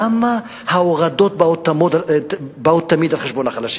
למה ההורדות באות תמיד על חשבון החלשים?